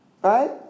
Right